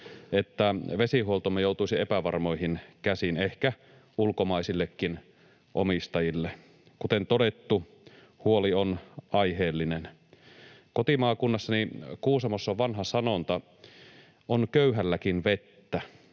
että vesihuoltomme joutuisi epävarmoihin käsiin — ehkä ulkomaisillekin omistajille. Kuten todettu, huoli on aiheellinen. Kotimaakunnassani on Kuusamossa vanha sanonta: ”On köyhälläkin vettä.”